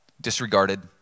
disregarded